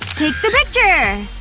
take the picture!